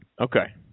Okay